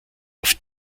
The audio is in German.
auf